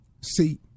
See